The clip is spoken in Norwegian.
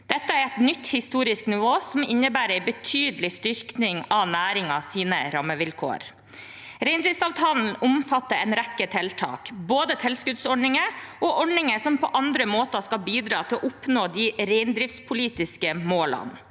Dette er et nytt historisk nivå som innebærer en betydelig styrking av næringens rammevilkår. Reindriftsavtalen omfatter en rekke tiltak, både tilskuddsordninger og ordninger som på andre måter skal bidra til å oppnå de reindriftspolitiske målene.